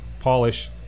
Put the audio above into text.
polish